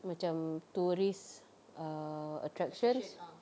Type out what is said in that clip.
macam tourist err attractions